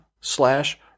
slash